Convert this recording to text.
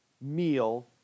meal